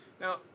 now